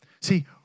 See